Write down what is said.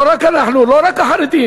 לא רק אנחנו, לא רק החרדים.